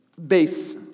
Base